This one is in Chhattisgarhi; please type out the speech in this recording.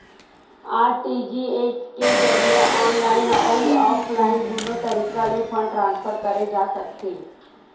आर.टी.जी.एस के जरिए ऑनलाईन अउ ऑफलाइन दुनो तरीका ले फंड ट्रांसफर करे जा सकथे